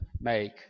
make